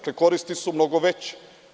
Koristi su mnogo veće.